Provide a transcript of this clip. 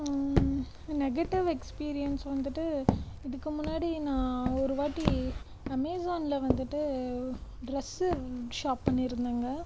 negative experience வந்துட்டு இதுக்கு முன்னாடி நான் ஒருவாட்டி அமேசானில் வந்துட்டு ட்ரெஸ்சு ஷாப் பண்ணியிருந்தேங்க